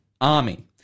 army